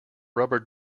rubber